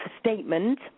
statement